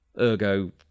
Ergo